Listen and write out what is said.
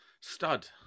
stud